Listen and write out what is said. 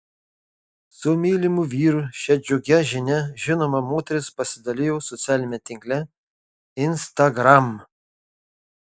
su mylimu vyru šia džiugia žinia žinoma moteris pasidalijo socialiniame tinkle instagram